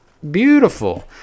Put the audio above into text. Beautiful